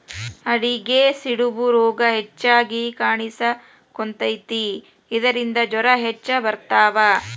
ಆಡಿಗೆ ಸಿಡುಬು ರೋಗಾ ಹೆಚಗಿ ಕಾಣಿಸಕೊತತಿ ಇದರಿಂದ ಜ್ವರಾ ಹೆಚ್ಚ ಬರತಾವ